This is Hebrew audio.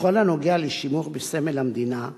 בכל הנוגע לשימוש בסמל המדינה,